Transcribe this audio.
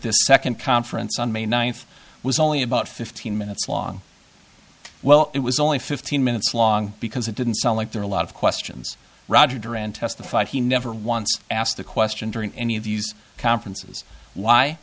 this second conference on may ninth was only about fifteen minutes long well it was only fifteen minutes long because it didn't sound like there are a lot of questions roger duran testified he never once asked the question during any of these conferences why